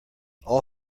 all